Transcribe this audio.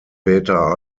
beta